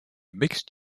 mixed